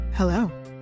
Hello